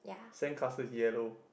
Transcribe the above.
sandcastle yellow